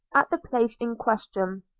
at the place in question.